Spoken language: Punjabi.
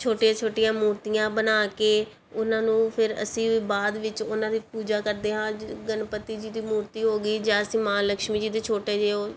ਛੋਟੀਆਂ ਛੋਟੀਆਂ ਮੂਰਤੀਆਂ ਬਣਾ ਕੇ ਉਹਨਾਂ ਨੂੰ ਫਿਰ ਅਸੀਂ ਬਾਅਦ ਵਿੱਚ ਉਹਨਾਂ ਦੀ ਪੂਜਾ ਕਰਦੇ ਹਾਂ ਜ ਗਣਪਤੀ ਜੀ ਦੀ ਮੂਰਤੀ ਹੋ ਗਈ ਜਾਂ ਅਸੀਂ ਮਾਂ ਲਕਸ਼ਮੀ ਜੀ ਦੀ ਛੋਟੇ ਜਿਹੇ ਉਹ